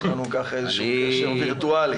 יש לנו כך איזה קשר וירטואלי.